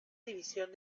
división